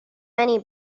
many